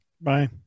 Bye